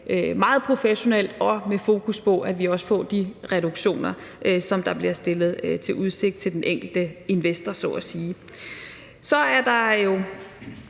meget professionelt og med fokus på, at vi også får de reduktioner, som der bliver stillet i udsigt til den enkelte investor. Så har der været